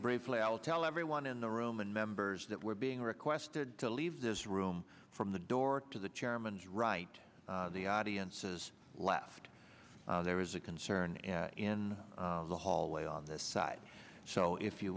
bravely i'll tell everyone in the room and members that were being requested to leave this room from the door to the chairman's right the audience's left there is a concern in the hallway on the side so if you